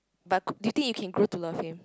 but do you think you can grew to love him